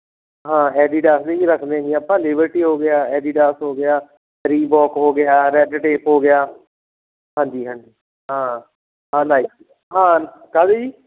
ਹਾਂ ਐਡੀਡਾਸ ਦੇ ਵੀ ਰੱਖਦੇ ਹਾਂ ਜੀ ਆਪਾਂ ਲਿਬਰਟੀ ਹੋ ਗਿਆ ਐਡੀਡਾਸ ਹੋ ਗਿਆ ਰੀਬੋਕ ਹੋ ਗਿਆ ਰੈਡ ਟੇਪ ਹੋ ਗਿਆ ਹਾਂਜੀ ਹਾਂਜੀ ਹਾਂ ਕੱਲ੍ਹ ਆਏ ਸੀ ਹਾਂ ਕਾਹਦੇ ਜੀ